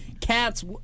Cats